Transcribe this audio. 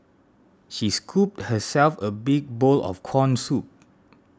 she scooped herself a big bowl of Corn Soup